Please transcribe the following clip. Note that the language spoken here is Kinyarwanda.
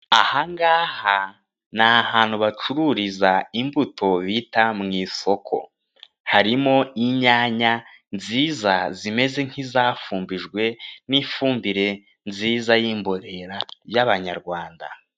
Aha ngaha ni ahantu bacururiza imbuto bita mu isoko, harimo inyanya nziza zimeze nk'izafumbijwe n'ifumbire nziza y'imborera y'abanyarwanda.